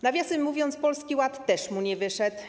Nawiasem mówiąc, Polski Ład też mu nie wyszedł.